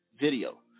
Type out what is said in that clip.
video